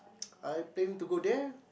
I planning to go there